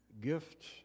gifts